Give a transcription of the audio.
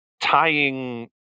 tying